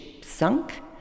sunk